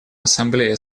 ассамблее